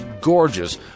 gorgeous